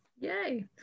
Yay